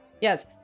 Yes